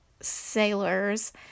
sailors